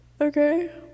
okay